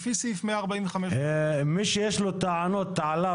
לפי סעיף 145. מי שיש לו טענות עליו